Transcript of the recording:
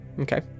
Okay